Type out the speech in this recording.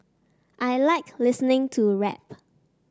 I like listening to rap